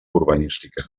urbanística